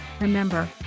remember